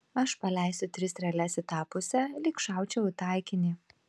aš paleisiu tris strėles į tą pusę lyg šaučiau į taikinį